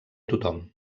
tothom